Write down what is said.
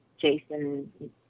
Jason